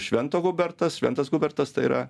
švento hubertas šventas hubertas tai yra